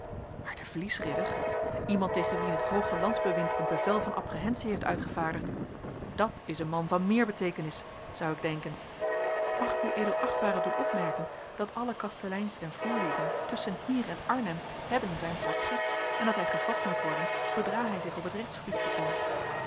maar de vliesridder iemand tegen wien het hooge landsbewind een bevel van apprehensie heeft uitgevaardigd dat is een man van meer beteekenis zou ik denken mag ik uea doen opmerken dat alle kasteleins en voerlieden tusschen hier en arnhem hebben zijn portret en dat hij gevat moet worden zoodra hij zich op het rechtsgebied vertoont